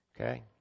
Okay